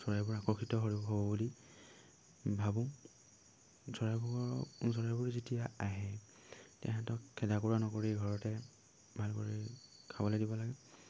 চৰাইবোৰ আকৰ্ষিত সৰু হ'ব বুলি ভাবোঁ চৰাইবোৰৰ চৰাইবোৰ যেতিয়া আহে তেহেঁতক খেদা কুৰা নকৰি ঘৰতে ভাল কৰি খাবলৈ দিব লাগে